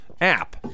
app